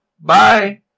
Bye